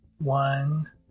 One